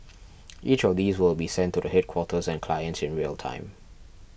each of these will be sent to the headquarters and clients in real time